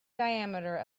diameter